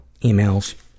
emails